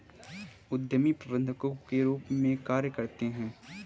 उद्यमी प्रबंधकों के रूप में कार्य करते हैं